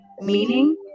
meaning